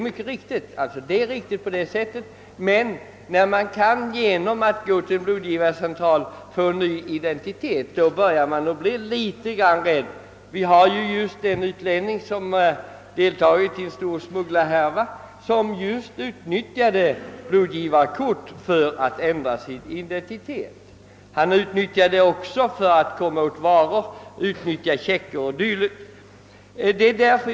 Men när personer genom att gå till en blodgivarcentral kan skaffa sig en ny identitet blir man betänksam. I ett fall hade en utlänning, som deltagit i en stor smuggelhärva, utnyttjat blodgivarkort för att ändra sin identitet. Han var tidigare utvisad ur landet. Han använde dem också för att komma åt varor, lösa in checkar o.d.